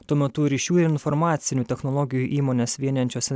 tuo metu ryšių ir informacinių technologijų įmones vienijančios